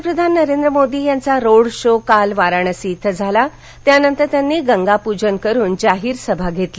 पंतप्रधान नरेंद्र मोदी यांचा road show काल वाराणसी इथं झाला त्यानंतर त्यांनी गंगापूजन करून जाहीर सभा घेतली